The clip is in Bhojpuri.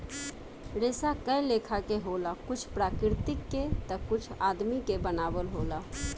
रेसा कए लेखा के होला कुछ प्राकृतिक के ता कुछ आदमी के बनावल होला